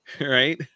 right